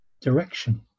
direction